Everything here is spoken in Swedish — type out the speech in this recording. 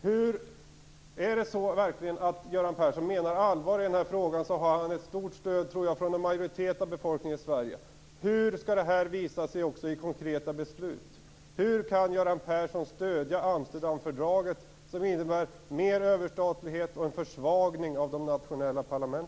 Om Göran Persson verkligen menar allvar i denna fråga, tror jag att han har ett stort stöd från en majoritet av befolkningen i Hur skall detta visa sig också i konkreta beslut? Hur kan Göran Persson stödja Amsterdamfördraget, som innebär mer överstatlighet och en försvagning av de nationella parlamenten?